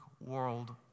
world